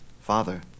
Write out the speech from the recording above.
Father